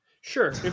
Sure